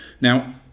Now